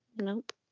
Nope